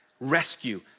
rescue